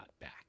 back